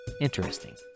Interesting